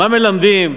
מה מלמדים,